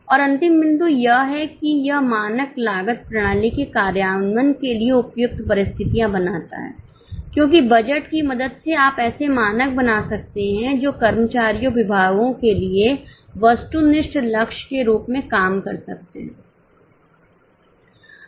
और अंतिम बिंदु यह है कि यह मानक लागत प्रणाली के कार्यान्वयन के लिए उपयुक्त परिस्थितियां बनाता है क्योंकि बजट की मदद से आप ऐसे मानक बना सकते हैं जो कर्मचारियों और विभागों के लिए वस्तुनिष्ठ लक्ष्य के रूप में काम कर सकते हैं